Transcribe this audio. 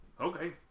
Okay